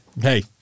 Hey